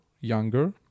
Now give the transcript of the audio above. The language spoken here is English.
younger